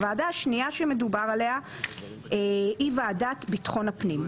הוועדה השנייה שמדובר עליה היא ועדת ביטחון הפנים.